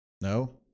No